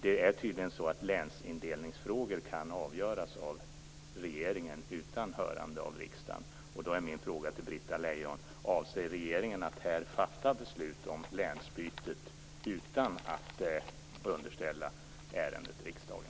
Det är tydligen så att länsindelningsfrågor kan avgöras av regeringen utan hörande av riksdagen, och då är min fråga till Britta Lejon: Avser regeringen att här fatta beslut om länsbytet utan att underställa ärendet riksdagen?